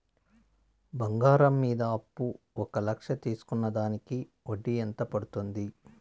బంగారం మీద అప్పు ఒక లక్ష తీసుకున్న దానికి వడ్డీ ఎంత పడ్తుంది?